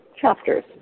chapters